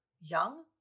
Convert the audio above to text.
young